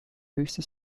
höchste